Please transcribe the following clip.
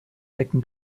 decken